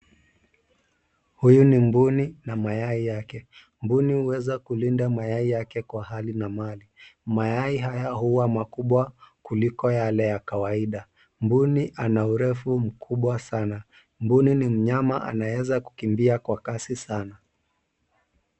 Huyu ni mbuni na mayai yake. Mbuni huweza kulinda mayai yake kwa hali na mali. Mayai haya uwa makubwa kuliko yale ya kawaida .Mbuni ana urefu mkubwa sana. Mbuni ni mnyama anaeza kukimbia kwa kasi sana.